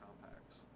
compacts